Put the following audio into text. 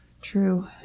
True